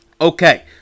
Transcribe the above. Okay